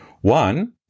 One